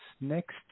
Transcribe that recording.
next